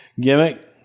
gimmick